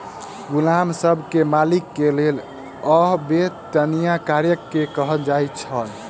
गुलाम सब के मालिक के लेल अवेत्निया कार्यक कर कहल जाइ छल